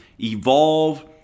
Evolve